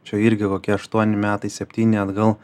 čia irgi kokie aštuoni metai septyni atgal